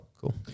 cool